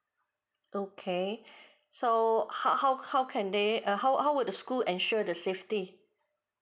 okay so how how how can they uh how how would the school ensure the safety